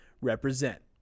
Represent